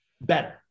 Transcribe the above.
better